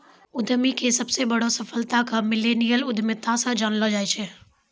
उद्यमीके सबसे बड़ो सफलता के मिल्लेनियल उद्यमिता से जानलो जाय छै